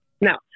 Now